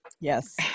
Yes